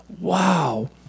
wow